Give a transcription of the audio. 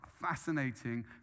fascinating